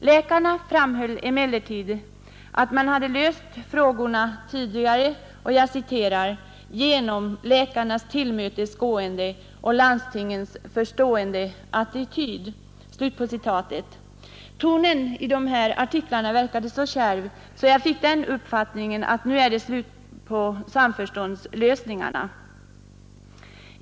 Läkarna framhöll emellertid att man hade löst frågorna tidigare ”genom läkarnas tillmötesgående och landstingens förstående attityd”. Tonen verkade enligt de nämnda artiklarna så kärv, att jag fick den uppfattningen att det nu skulle vara slut med samförståndslösningarna i detta sammanhang.